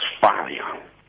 fire